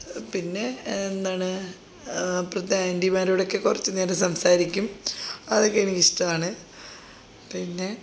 പിന്നെ എന്താണ് അപ്പുറത്തെ ആൻറ്റിമാരോടൊക്കെ കുറച്ചു നേരം സംസാരിക്കും അതൊക്കെ എനിക്കിഷ്ടമാണ് പിന്നെ